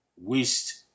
waste